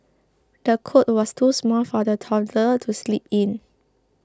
the cot was too small for the toddler to sleep in